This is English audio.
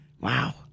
wow